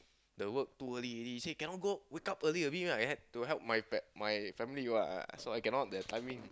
the work too early already say cannot wake up earlier a bit right I had to help my par~ my family what so I cannot that timing